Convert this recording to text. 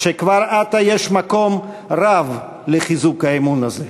שכבר עתה יש מקום רב לחיזוק האמון הזה.